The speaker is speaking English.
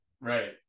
Right